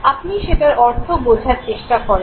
আপনি সেটার অর্থ বোঝার চেষ্টা করেন